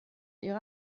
ihre